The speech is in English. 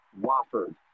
Wofford